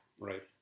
Right